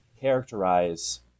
characterize